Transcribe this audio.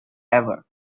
ever